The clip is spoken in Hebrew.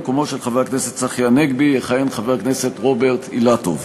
במקומו של חבר הכנסת צחי הנגבי יכהן חבר הכנסת רוברט אילטוב.